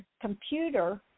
computer